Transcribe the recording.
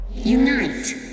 Unite